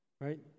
Right